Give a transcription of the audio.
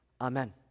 Amen